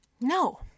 No